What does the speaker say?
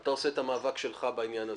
ואתה עושה את המאבק שלך בעניין הזה,